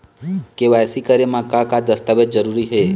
KYC करे म का का दस्तावेज जरूरी हे?